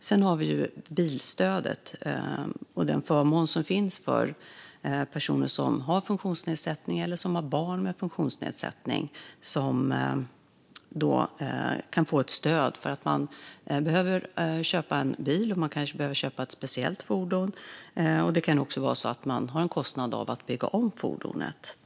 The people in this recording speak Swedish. Sedan finns bilstödet och den förmån som finns för personer med funktionsnedsättning eller som har barn med funktionsnedsättning. De kan få ett stöd för att köpa en bil, kanske ett speciellt fordon, och det kan också vara så att det finns en kostnad att bygga om fordonet.